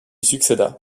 succéda